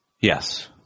Yes